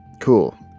Cool